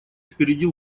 впереди